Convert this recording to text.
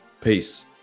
Peace